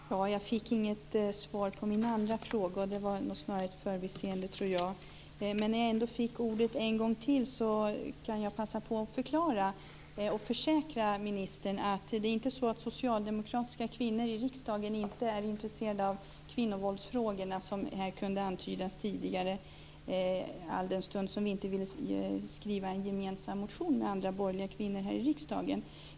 Herr talman! Jag fick inget svar på min andra fråga. Det var nog snarast ett förbiseende, tror jag. När jag ändå fick ordet en gång till kan jag passa på att förklara och försäkra ministern att det inte är så att socialdemokratiska kvinnor i riksdagen inte är intresserade av kvinnovåldsfrågorna, vilket antyddes tidigare alldenstund vi inte ville skriva en gemensam motion med borgerliga kvinnor här i riksdagen.